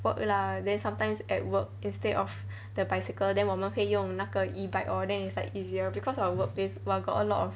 work lah then sometimes at work instead of the bicycle then 我们会用那个 E bike lor then it's like easier because of workplace !wah! got a lot of